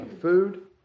food